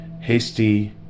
hasty